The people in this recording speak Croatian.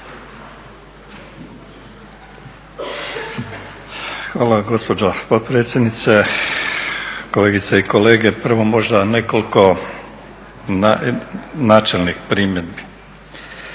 Hvala gospođo potpredsjednice. Kolegice i kolege, prvo možda nekoliko načelnih primjedbi.